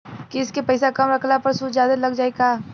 किश्त के पैसा कम रखला पर सूद जादे लाग जायी का?